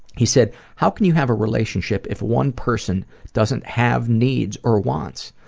he said how can you have a relationship if one person doesn't have needs or wants?